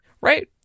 Right